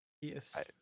Yes